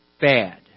bad